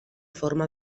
forma